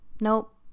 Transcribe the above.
Nope